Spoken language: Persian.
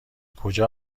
کجا